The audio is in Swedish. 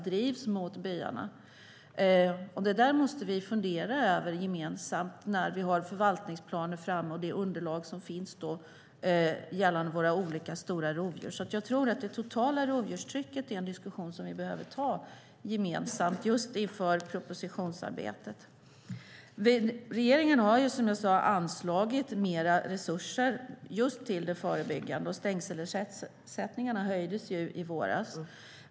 Det är något som vi måste fundera över gemensamt när vi har förvaltningsplanen framme och det underlag som då finns när det gäller våra stora rovdjur. Jag tror att det totala rovdjurstrycket är något som vi måste diskutera inför propositionsarbetet. Regeringen har anslagit mer resurser till det förebyggande arbetet, och stängselersättningarna höjdes i våras.